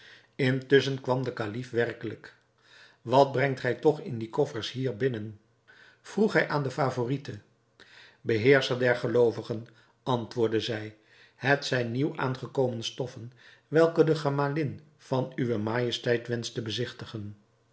intusschen kwam de kalif werkelijk wat brengt gij toch in die koffers hier binnen vroeg hij aan de favorite beheerscher der geloovigen antwoordde zij het zijn nieuw aangekomen stoffen welke de gemalin van uwe majesteit wenscht te bezigtigen